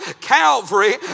Calvary